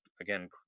again